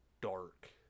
dark